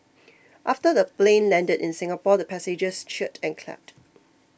after the plane landed in Singapore the passengers cheered and clapped